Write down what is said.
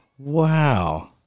Wow